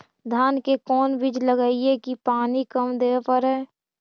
धान के कोन बिज लगईऐ कि पानी कम देवे पड़े?